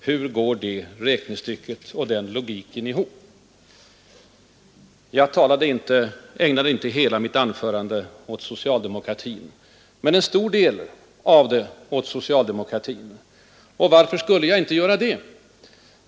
Hur går det räknestycket och den logiken ihop? Jag ägnade inte hela mitt anförande men åtminstone en del av det åt socialdemokratin — och varför skulle jag inte göra det?